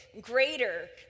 greater